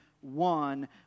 one